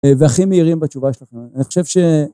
אה.. והכי מהירים בתשובה שלכם, אני חושב ש...